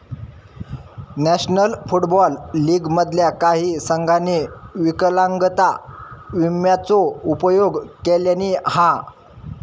national Football League मधल्या काही संघांनी विकलांगता विम्याचो उपयोग केल्यानी हा